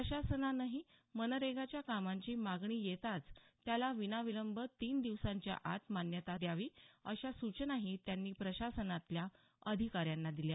प्रशासनानंही मनरेगाच्या कामांची मागणी येताच त्याला विनाविलंब तीन दिवसाच्या आत मान्यता द्यावी अशा सूचनाही त्यांनी प्रशासनातल्या अधिकाऱ्यांना दिल्या